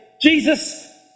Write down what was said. Jesus